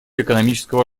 экономического